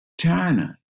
China